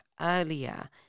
earlier